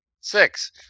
Six